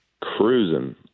cruising